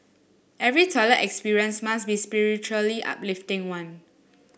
every toilet experience must be spiritually uplifting one